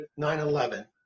9-11